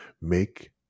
make